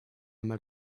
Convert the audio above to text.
met